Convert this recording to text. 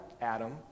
Adam